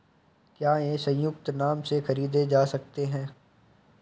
क्या ये संयुक्त नाम से खरीदे जा सकते हैं?